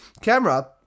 camera